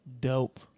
Dope